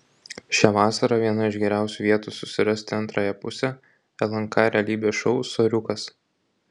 šią vasarą viena iš geriausių vietų susirasti antrąją pusę lnk realybės šou soriukas